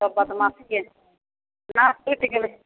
सब बदमासीके नाथ टुटि गेलै